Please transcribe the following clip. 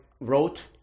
wrote